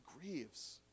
grieves